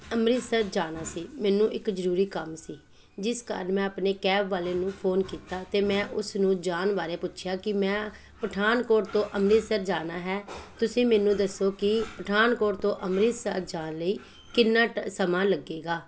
ਅੰਮ੍ਰਿਤਸਰ ਜਾਣਾ ਸੀ ਮੈਨੂੰ ਇੱਕ ਜ਼ਰੂਰੀ ਕੰਮ ਸੀ ਜਿਸ ਕਾਰਣ ਮੈਂ ਆਪਣੇ ਕੈਬ ਵਾਲੇ ਨੂੰ ਫੋਨ ਕੀਤਾ ਅਤੇ ਮੈਂ ਉਸ ਨੂੰ ਜਾਣ ਬਾਰੇ ਪੁੱਛਿਆ ਕਿ ਮੈਂ ਪਠਾਨਕੋਟ ਤੋਂ ਅੰਮ੍ਰਿਤਸਰ ਜਾਣਾ ਹੈ ਤੁਸੀਂ ਮੈਨੂੰ ਦੱਸੋ ਕਿ ਪਠਾਨਕੋਟ ਤੋਂ ਅੰਮ੍ਰਿਤਸਰ ਜਾਣ ਲਈ ਕਿੰਨਾ ਟ ਸਮਾਂ ਲੱਗੇਗਾ